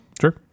Sure